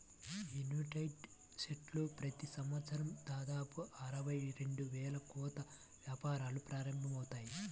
United స్టేట్స్లో ప్రతి సంవత్సరం దాదాపు అరవై రెండు వేల కొత్త వ్యాపారాలు ప్రారంభమవుతాయి